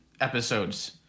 episodes